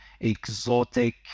exotic